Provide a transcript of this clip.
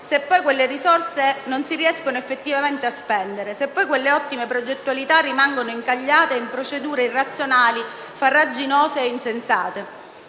se poi quelle risorse non si riescono effettivamente a spendere, se poi quelle ottime progettualità rimangono incagliate in procedure irrazionali, farraginose e insensate.